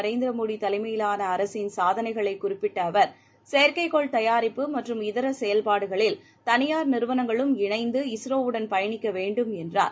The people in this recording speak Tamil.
நரேந்திர மோடி தலைமயிலான அரசின் சாதளைகளை குறிப்பிட்ட அவர் செயற்கைக் கோள் தயாரிப்பு மற்றும் இதர செயல்டாடுகளில் தனியார் நிறுவன்ங்களும் இணைந்து இஸ்ரோவுடன் பயனிக்க வேண்டும் என்றார்